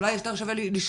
אולי שווה יותר לשלוח